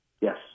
Yes